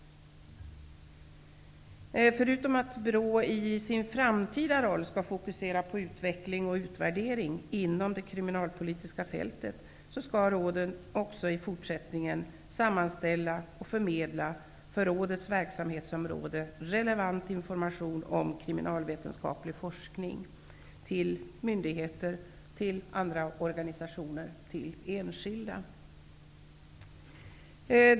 Förutom att BRÅ i sin framtida roll skall fokusera på utveckling och utvärdering inom det kriminalpolitiska fältet skall rådet också i fortsättningen sammanställa och förmedla för rådets verksamhetsområde relevant information om kriminalvetenskaplig forskning till myndigheter, andra organisationer och enskilda.